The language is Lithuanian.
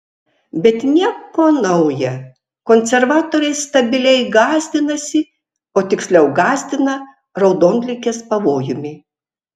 bet nieko nauja konservatoriai stabiliai gąsdinasi o tiksliau gąsdina raudonligės pavojumi